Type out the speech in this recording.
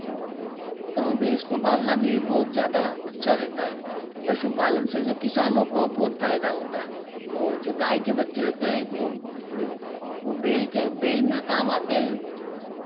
तो भैंस को पालना भी बहुत ज़्यादा अच्छा रहता है पशु पालन से जो किसानों को बहुत फ़ायदा होता है और जो गाय के बच्चे रहते हैं वे वे बैल के बैल में काम आते हैं